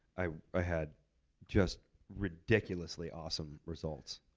i ah had just ridiculously awesome results.